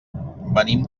venim